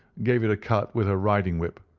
gave it a cut with her riding-whip,